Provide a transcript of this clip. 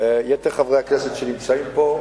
יתר חברי הכנסת שנמצאים פה,